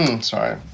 Sorry